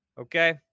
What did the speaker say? okay